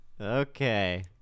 Okay